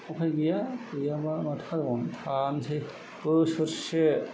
उफाय गैया गैयाबा माथो खालामबावनो थानोसै बोसोरसे